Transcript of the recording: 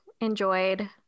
enjoyed